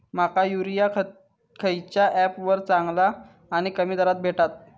माका युरिया खयच्या ऍपवर चांगला आणि कमी दरात भेटात?